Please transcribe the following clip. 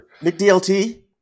McDLT